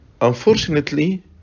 Unfortunately